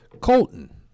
Colton